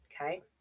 okay